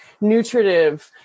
nutritive